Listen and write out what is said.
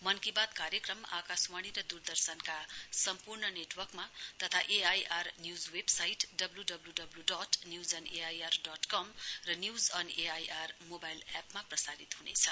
मन की बात कार्यक्रम आकाशवाणी र दूरदर्शनका सम्पूर्ण नेटवर्कमा तथा एआईआर न्यूज वेबसाइट डब्लूडब्लूडब्लून्यूजअनएयरकम र news on A I R mobile एपमा प्रसारित हुनेछ